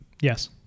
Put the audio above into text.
Yes